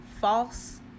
false